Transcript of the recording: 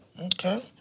Okay